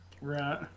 Right